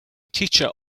teacher